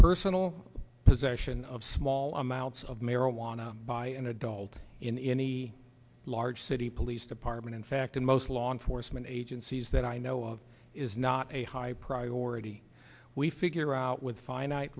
personal possession of small amounts of marijuana by an adult in any large city police department in fact in most law enforcement agencies that i know of is not a high priority we figure out with finite